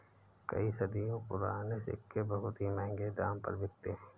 कई सदियों पुराने सिक्के बहुत ही महंगे दाम पर बिकते है